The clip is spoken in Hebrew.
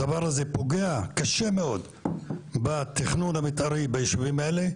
הדבר הזה פוגע קשה מאוד בתכנון המתארי ביישובים האלה.